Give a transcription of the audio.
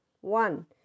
one